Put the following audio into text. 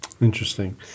Interesting